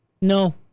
No